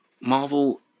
Marvel